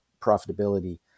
profitability